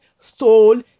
stole